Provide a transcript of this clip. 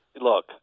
look